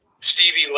Stevie